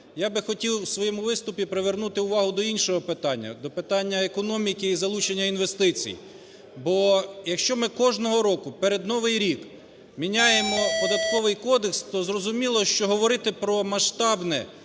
я би хотів у своєму виступі привернути увагу до іншого питання – до питання економіки і залучення інвестицій. Бо, якщо ми кожного року перед новий рік міняємо Податковий кодекс, то, зрозуміло, що говорити про масштабне